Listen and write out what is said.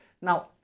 Now